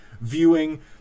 viewing